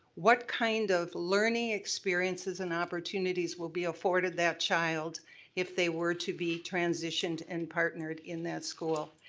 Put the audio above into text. what kind of learning experiences and opportunities will be afforded that child if they were to be transitioned and partnered in that school?